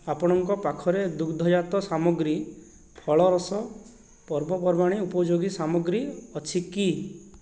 ଆପଣଙ୍କ ପାଖରେ ଦୁଗ୍ଧଜାତ ସାମଗ୍ରୀ ଫଳରସ ପର୍ବପର୍ବାଣି ଉପଯୋଗୀ ସାମଗ୍ରୀ ଅଛି କି